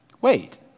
Wait